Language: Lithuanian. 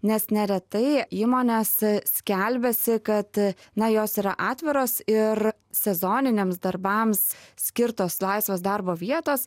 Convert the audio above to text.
nes neretai įmonės skelbiasi kad na jos yra atviros ir sezoniniams darbams skirtos laisvos darbo vietos